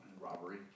robbery